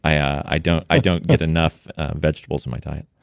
i don't i don't get enough vegetables in my diet